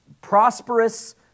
prosperous